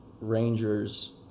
rangers